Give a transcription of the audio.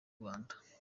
rwanda